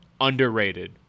underrated